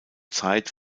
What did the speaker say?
zeit